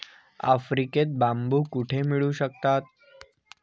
आफ्रिकेत बांबू कुठे मिळू शकतात?